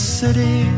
city